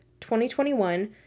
2021